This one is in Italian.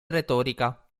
retorica